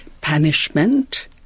punishment